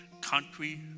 country